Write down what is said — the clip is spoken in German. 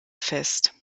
fest